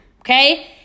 Okay